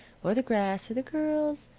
or the grass, or the girls,